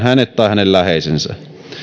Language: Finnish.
hänen läheisensä